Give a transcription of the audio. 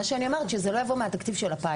אבל מה שאני אומרת זה שזה לא יבוא מהתקציב של הפיילוט.